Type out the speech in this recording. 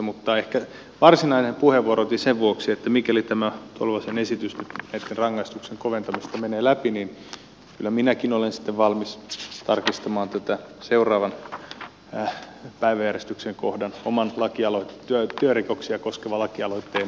mutta ehkä varsinaisen puheenvuoron otin sen vuoksi että mikäli tämä tolvasen esitys nyt näitten rangaistusten koventamisista menee läpi niin kyllä minäkin olen sitten valmis tarkistamaan seuraavan päiväjärjestyksen kohdan oman lakialoite työkykyä rikoksia koskeva lakialoite